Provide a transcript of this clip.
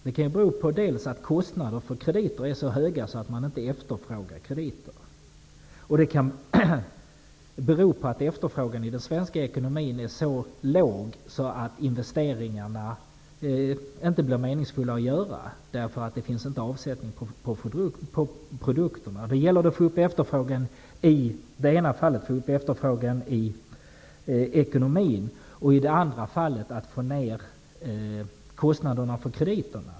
Det kan bero dels på att kostnaderna för krediter är så höga att krediter inte efterfrågas, dels på att efterfrågan i den svenska ekonomin är så låg att investeringarna inte blir meningsfulla att göra, därför att det inte finns någon avsättning för produkterna. I det ena fallet gäller det att få upp efterfrågan i ekonomin. I det andra fallet gäller det att få ner kostnaderna för krediterna.